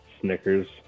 snickers